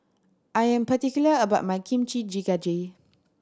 I am particular about my Kimchi Jjigae